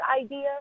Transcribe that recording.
idea